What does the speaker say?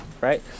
right